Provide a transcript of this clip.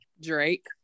Drake